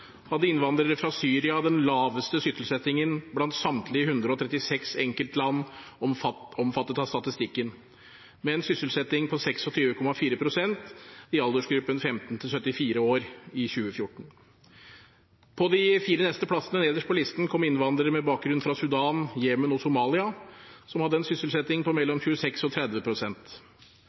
hadde innvandrere fra Syria den laveste sysselsettingen blant samtlige 136 enkeltland omfattet av statistikken, med en sysselsetting på 26,4 pst. i aldersgruppen 15–74 år i 2014. På de fire neste plassene nederst på listen kom innvandrere med bakgrunn fra Sudan, Jemen og Somalia som hadde en sysselsetting på